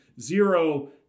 zero